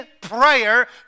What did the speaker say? prayer